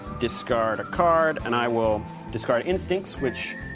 discard a card, and i will discard instincts, which